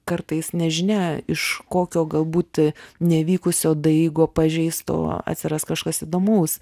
kartais nežinia iš kokio galbūt nevykusio daigo pažeisto atsiras kažkas įdomaus